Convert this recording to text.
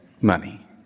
money